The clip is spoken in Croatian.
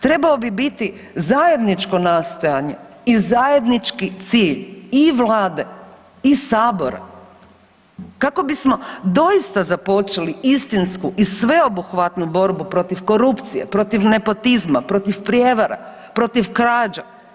Trebao bi biti zajedničko nastojanje i zajednički cilj i Vlade i sabora kako bismo doista započeli istinsku i sveobuhvatnu borbu protiv korupcije, protiv nepotizma, protiv prijevara, protiv krađa.